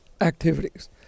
activities